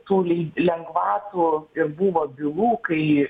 tų lei lengvatų ir buvo bylų kai